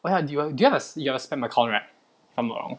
well how did you just you spend my contract from around